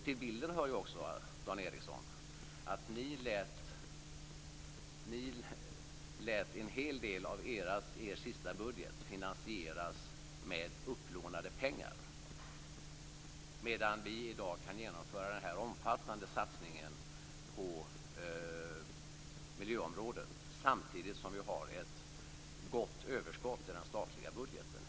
Till bilden hör också, Dan Ericsson, att ni lät en hel del av er sista budget finansieras med upplånade pengar, medan vi i dag kan genomföra denna omfattande satsning på miljöområdet samtidigt som vi har ett gott överskott i den statliga budgeten.